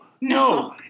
No